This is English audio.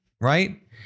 right